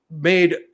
made